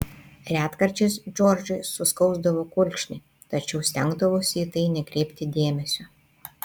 retkarčiais džordžui suskausdavo kulkšnį tačiau stengdavosi į tai nekreipti dėmesio